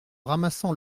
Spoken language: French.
ramassant